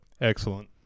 Excellent